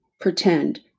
Pretend